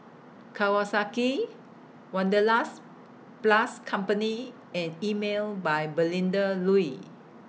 Kawasaki Wanderlust Plus Company and Emel By Melinda Looi